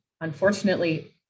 Unfortunately